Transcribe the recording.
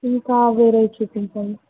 ఇంకా వేరే చూపించండి